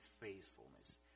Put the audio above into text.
faithfulness